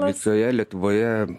visoje lietuvoje